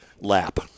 lap